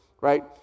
right